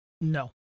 no